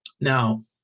Now